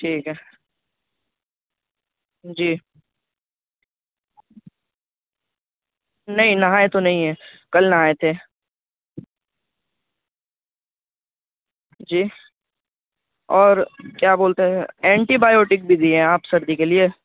ٹھیک ہے جی نہیں نہائے تو نہیں ہے کل نہائے تھے جی اور کیا بولتے ہیں اینٹی بایوٹک بھی دیے ہیں آپ سردی کے لیے